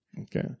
Okay